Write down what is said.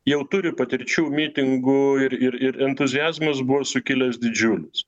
jau turi patirčių mitingų ir ir entuziazmas buvo sukilęs didžiulis